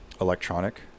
electronic